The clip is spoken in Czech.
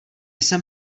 jsem